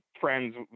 friends